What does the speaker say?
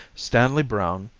stanley browne,